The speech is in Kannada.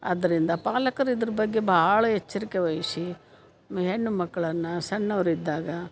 ಆದ್ದರಿಂದ ಪಾಲಕ್ರು ಇದ್ರ ಬಗ್ಗೆ ಭಾಳ ಎಚ್ಚರಿಕೆ ವಹಿಸಿ ಮ ಹೆಣ್ಣು ಮಕ್ಳನ್ನು ಸಣ್ಣವರಿದ್ದಾಗ